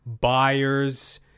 buyers